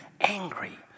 angry